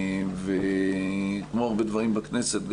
ולתמוך בדברים בכנסת.